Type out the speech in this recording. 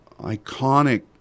iconic